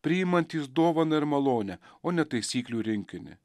priimantys dovaną ir malonę o ne taisyklių rinkinį